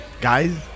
guys